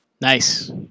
Nice